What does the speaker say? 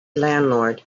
landlord